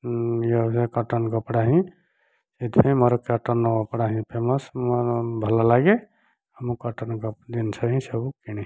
cotton କପଡ଼ା ହିଁ ଏଥିପାଇଁ ମୋର କଟନ୍ କପଡ଼ା ହିଁ ଫେମସ୍ ଭଲ ଲାଗେ ଆଉ ମୁଁ କଟନ୍ ଜିନିଷ ହିଁ ସବୁ କିଣେ